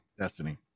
destiny